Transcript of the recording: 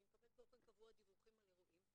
ואני מקבלת באופן קבוע דיווחים על אירועים.